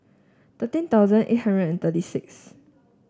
thirteen thousand eight hundred and thirty six